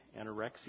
anorexia